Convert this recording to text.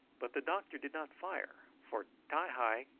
but the doctor did not fire, for ti-hi,